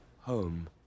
home